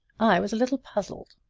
i was a little puzzled.